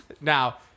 Now